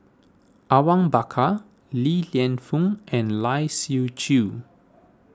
Awang Bakar Li Lienfung and Lai Siu Chiu